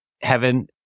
heaven